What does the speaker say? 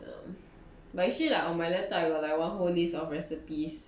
um but actually like on my laptop I got like one whole list of recipes